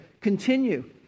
Continue